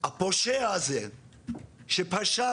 שהפושע הזה שפשע